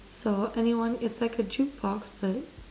so anyone it's like a jukebox but